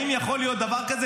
האם יכול להיות דבר כזה?